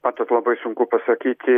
matot labai sunku pasakyti